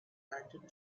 active